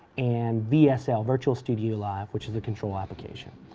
and vsl virtual studiolive which is a control application.